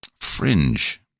fringe